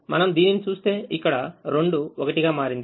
మనం దీనిని చూస్తే ఇక్కడ 2 1 గా మారింది